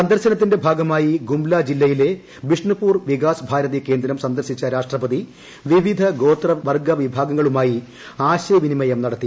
സന്ദർശനത്തിന്റെ ഭാഗമായി ഗുംല ജില്ലയിലെ ബിഷ്ണുപൂർ വികാസ് ഭാരതി കേന്ദ്രം സന്ദർശിച്ച രാഷ്ട്രപതി വിവിധ ഗോത്രവർഗു വിഭാഗങ്ങളുമായി ആശയവിനിമയം നടത്തി